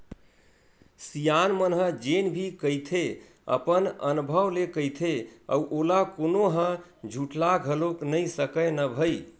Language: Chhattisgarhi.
सियान मन ह जेन भी कहिथे अपन अनभव ले कहिथे अउ ओला कोनो ह झुठला घलोक नइ सकय न भई